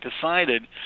decided